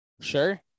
Sure